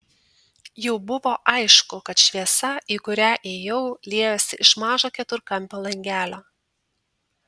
jau buvo aišku kad šviesa į kurią ėjau liejosi iš mažo keturkampio langelio